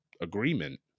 agreement